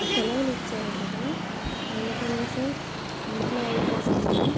సెలవులు ఇచ్చారు కదా అందుకు అనేసి ఇంట్లో అయితే అసలకి